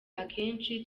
akenshi